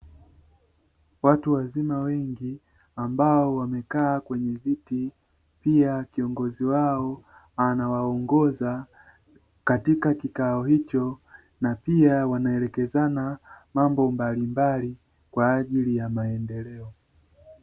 Watu wazima wengi ambao wamekaa kwenye viti. Pia kiongozi wao anawaongoza katika kikao hicho, na pia wanaelekezana mambo mbalimbali kwa ajili ya maendeleo.